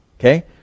okay